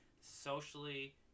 socially